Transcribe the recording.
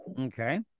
Okay